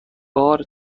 بار